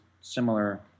similar